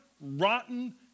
rotten